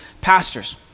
pastors